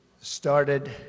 started